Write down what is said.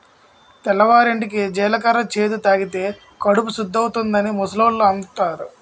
తెల్లవారింటికి జీలకర్ర చేదు తాగితే కడుపు సుద్దవుతాదని ముసలోళ్ళు అంతారు